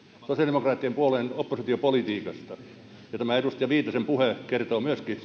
sosiaalidemokraattisen puolueen oppositiopolitiikasta tämä edustaja viitasen puhe kertoo myöskin